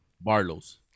Barlow's